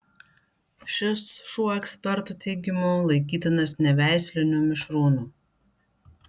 šis šuo ekspertų teigimu laikytinas neveisliniu mišrūnu